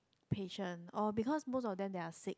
patient oh because most of them they are sick